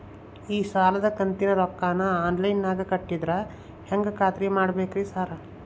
ಈ ಸಾಲದ ಕಂತಿನ ರೊಕ್ಕನಾ ಆನ್ಲೈನ್ ನಾಗ ಕಟ್ಟಿದ್ರ ಹೆಂಗ್ ಖಾತ್ರಿ ಮಾಡ್ಬೇಕ್ರಿ ಸಾರ್?